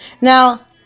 Now